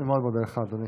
אני מאוד מודה לך, אדוני.